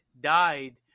died